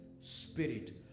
Spirit